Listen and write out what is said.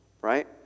right